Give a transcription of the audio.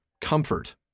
comfort